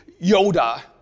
yoda